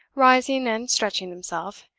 rising and stretching himself,